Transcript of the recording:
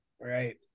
Right